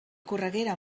correguera